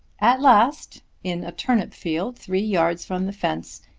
at last in a turnip field, three yards from the fence,